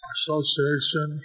Association